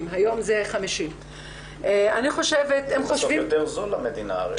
50. היום זה 50. זה בסוף יותר זול למדינה הרי.